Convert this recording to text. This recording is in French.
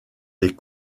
des